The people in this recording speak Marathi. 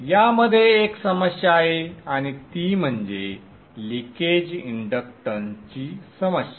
यामध्ये एक समस्या आहे आणि ती म्हणजे लीकेज इंडक्टन्सची समस्या